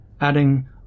adding